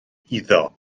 iddo